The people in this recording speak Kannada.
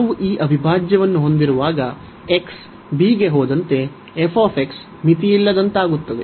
ನಾವು ಈ ಅವಿಭಾಜ್ಯವನ್ನು ಹೊಂದಿರುವಾಗ x b ಗೆ ಹೋದಂತೆ f ಮಿತಿಯಿಲ್ಲದಂತಾಗುತ್ತದೆ